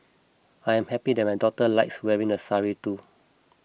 I am happy that my daughter likes wearing the sari too